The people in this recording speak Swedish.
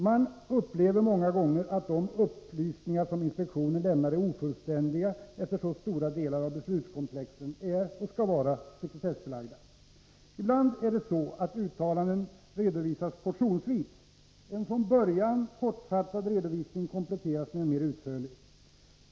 Man upplever många gånger att de upplysningar som inspektionen lämnar är ofullständiga, eftersom stora delar av beslutskomplexen är och skall vara sekretessbelagda. Ibland redovisas uttalanden portionsvis: En från början kortfattad redovisning kompletteras med en mer utförlig.